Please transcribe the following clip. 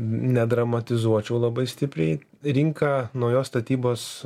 nedramatizuočiau labai stipriai rinka naujos statybos